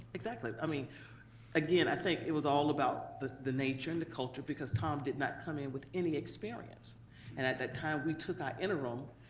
exactly. i mean again, i think it was all about the the nature and the culture, because tom did not come in with any experience, and at that time we took our interim